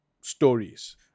stories